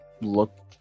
look